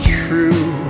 true